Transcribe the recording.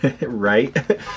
Right